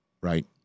Right